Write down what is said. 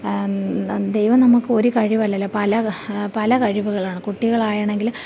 ദൈവം നമുക്ക് ഒരു കഴിവല്ലല്ലോ പല പല കഴിവുകളാണ് കുട്ടികളാണെങ്കിലും